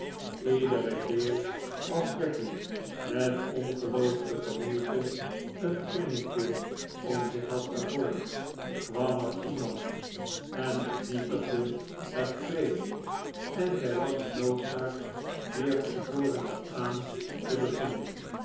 iederen keer als becky met ongelooflijke moeite een kringetje om zich had gevormd kwam er iemand en vernietigde het wreed en zij was genoodzaakt weer van voren af aan te beginnen